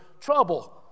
trouble